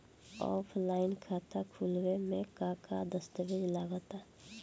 Offline खाता खुलावे म का का दस्तावेज लगा ता?